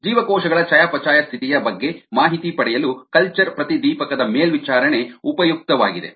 ಜೀವಕೋಶಗಳ ಚಯಾಪಚಯ ಸ್ಥಿತಿಯ ಬಗ್ಗೆ ಮಾಹಿತಿ ಪಡೆಯಲು ಕಲ್ಚರ್ ಪ್ರತಿದೀಪಕದ ಮೇಲ್ವಿಚಾರಣೆ ಉಪಯುಕ್ತವಾಗಿದೆ